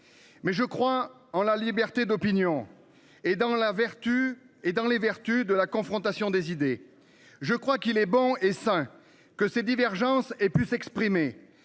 Mais je crois en la liberté d'opinion et dans la vertu et dans les vertus de la confrontation des idées, je crois qu'il est bon et sain que ces divergences et plus s'exprimer.